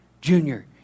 Junior